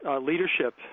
leadership